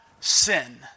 sin